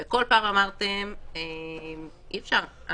ובכל פעם אמרתם: אי-אפשר,